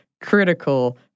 critical